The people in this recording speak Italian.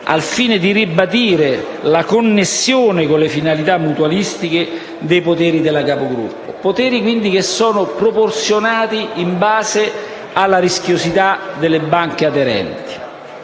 al fine di ribadire la connessione con le finalità mutualistiche dei poteri della capogruppo, i quali sono proporzionati alla rischiosità delle banche aderenti.